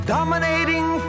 Dominating